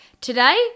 today